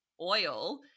oil